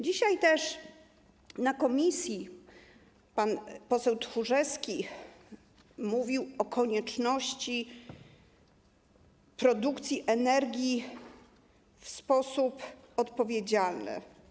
Dzisiaj na posiedzeniu komisji pan poseł Tchórzewski mówił też o konieczności produkcji energii w sposób odpowiedzialny.